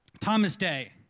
thomas day,